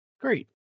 Great